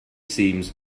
seems